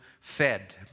fed